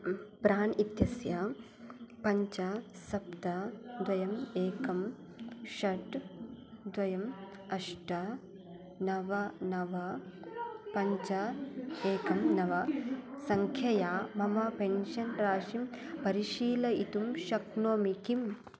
प्राण् इत्यस्य पञ्च सप्त द्वयं एकं षट् द्वयं अष्ट नव नव पञ्च एकं नव सङ्ख्यया मम पेन्शन् राशिं परिशीलयितुं शक्नोमि किम्